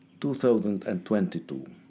2022